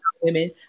women